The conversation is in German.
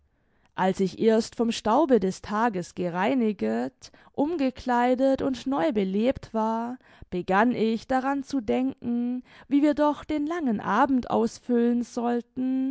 als ich erst vom staube des tages gereiniget umgekleidet und neu belebt war begann ich daran zu denken wie wir doch den langen abend ausfüllen sollten